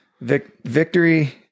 victory